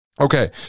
Okay